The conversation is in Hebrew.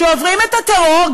שעוברים את הטרור,